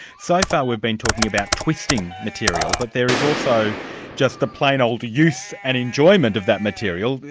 so far we've been talking about twisting material but there is also just the plain old use and enjoyment of that material,